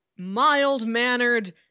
mild-mannered